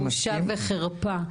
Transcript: בושה וחרפה.